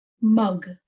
mug